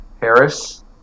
Harris